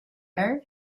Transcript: air